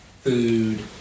food